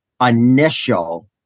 initial